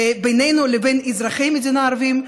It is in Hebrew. בינינו לבין אזרחי המדינה הערבים,